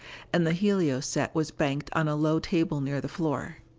and the helio set was banked on a low table near the floor.